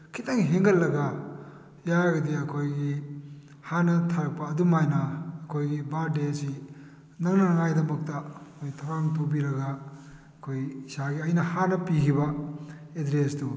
ꯈꯤꯇꯪ ꯍꯦꯟꯒꯠꯂꯒ ꯌꯥꯔꯒꯗꯤ ꯑꯩꯈꯣꯏꯒꯤ ꯍꯥꯟꯅ ꯊꯥꯔꯛꯄ ꯑꯗꯨꯃꯥꯏꯅ ꯑꯩꯈꯣꯏꯒꯤ ꯕꯥꯔꯗꯦ ꯑꯁꯤ ꯅꯪꯅꯉꯥꯏꯗꯃꯛꯇ ꯑꯩꯈꯣꯏ ꯊꯧꯔꯥꯡ ꯇꯧꯕꯤꯔꯒ ꯑꯩꯈꯣꯏ ꯏꯁꯥꯒꯤ ꯑꯩꯅ ꯍꯥꯟꯅ ꯄꯤꯈꯤꯕ ꯑꯦꯗ꯭ꯔꯦꯁꯇꯨ